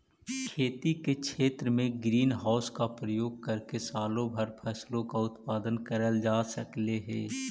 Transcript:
खेती के क्षेत्र में ग्रीन हाउस का प्रयोग करके सालों भर फसलों का उत्पादन करल जा सकलई हे